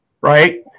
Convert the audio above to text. right